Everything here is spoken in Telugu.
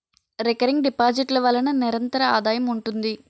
రికరింగ్ డిపాజిట్ ల వలన నిరంతర ఆదాయం ఉంటుంది